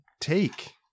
take